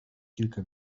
kilka